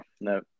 No